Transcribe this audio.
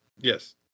yes